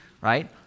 right